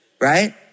right